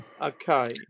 Okay